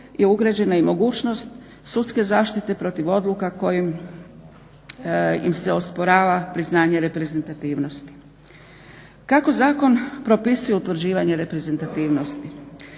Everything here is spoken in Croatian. je ugrađena i mogućnost sudske zaštite protiv odluka kojim im se osporava priznanje reprezentativnosti. Kako zakon propisuje utvrđivanje reprezentativnosti?